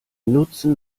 nutzen